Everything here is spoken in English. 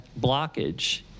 blockage